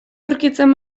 aurkitzen